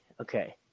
okay